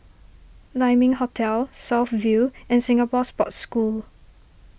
Lai Ming Hotel South View and Singapore Sports School